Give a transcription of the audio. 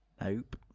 Nope